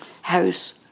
house